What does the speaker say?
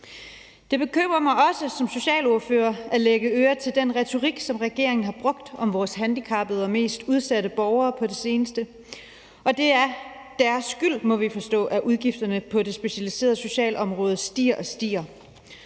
Det bekymrer mig også som socialordfører at lægge øre til den retorik, som regeringen har brugt om vores handicappede og mest udsatte borgere på det seneste. Det er deres skyld, må vi forstå, at udgifterne på det specialiserede socialområde stiger og stiger.